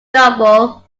novel